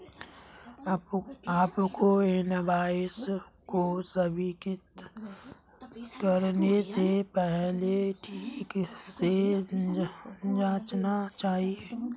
आपको इनवॉइस को स्वीकृत करने से पहले ठीक से जांचना चाहिए